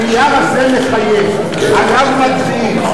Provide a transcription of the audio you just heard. הנייר הזה מחייב, עליו מצביעים.